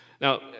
Now